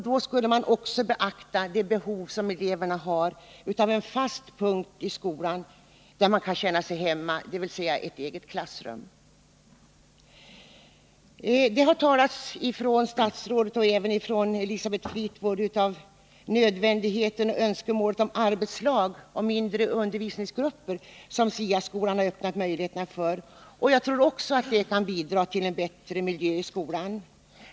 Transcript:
Då skulle man också beakta det behov som eleverna har av en fast punkt i skolan där de kan känna sig hemma, dvs. ett eget klassrum. Både statsrådet och Elisabeth Fleetwood har talat om önskemålet om och nödvändigheten av arbetslag och mindre undervisningsgrupper, som SIA skolan öppnar möjligheter till. Jag tror också att detta kan bidra till en bättre arbetsmiljö i skolan.